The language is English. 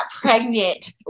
pregnant